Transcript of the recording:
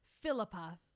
Philippa